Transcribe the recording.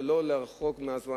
ולא לחרוג מהזמן,